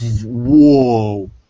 Whoa